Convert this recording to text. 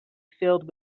filled